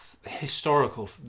historical